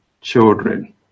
children